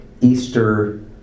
Easter